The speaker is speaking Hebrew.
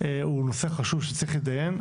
הוא נושא חשוב שצריך להתדיין.